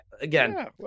again